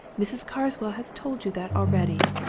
mrs. carswell has told you that already.